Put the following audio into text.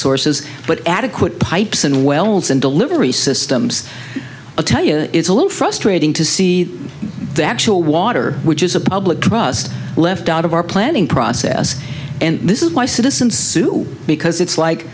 sources but adequate pipes and wells and delivery systems tell you it's a little frustrating to see the actual water which is a public trust left out of our planning process and this is why citizens sue because it's like